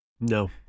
No